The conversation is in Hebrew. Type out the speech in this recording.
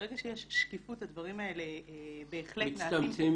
ברגע שיש שקיפות, הדברים האלה בהחלט מצטמצמים.